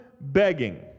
begging